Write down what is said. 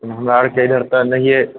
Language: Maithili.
हमरा आओरके इधर तऽ नहिए